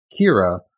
Kira